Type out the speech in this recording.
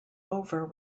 over